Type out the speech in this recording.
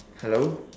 hello